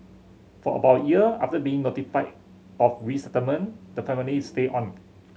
for about a year after being notified of resettlement the family stayed on